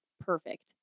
perfect